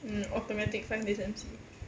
mm automatic five days M_C